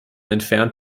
entfernt